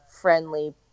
friendly